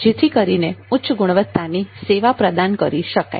જેથી કરીને ઉચ્ચ ગુણવત્તાની સેવા પ્રદાન કરી શકાય